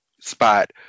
spot